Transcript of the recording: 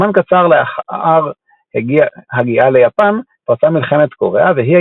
זמן קצר לאחר הגיעה ליפן פרצה מלחמת קוריאה והיא